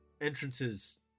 entrances